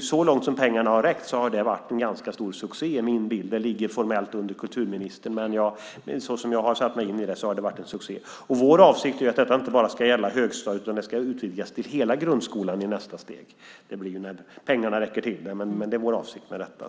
Så långt som pengarna har räckt har det varit en ganska stor succé - det är min bild. Det ligger formellt under kulturministern, men så som jag har satt mig in i det har det varit en succé. Vår avsikt är att detta inte bara ska gälla högstadiet, utan det ska i nästa steg utvidgas till hela grundskolan. Det blir när pengarna räcker till, men det är vår avsikt med detta.